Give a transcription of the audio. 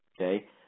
Okay